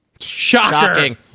shocking